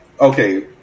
Okay